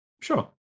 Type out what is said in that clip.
Sure